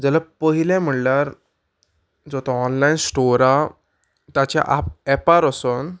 जाल्यार पयलें म्हणल्यार जो तो ऑनलायन स्टोर हा ताच्या आप एपार वसोन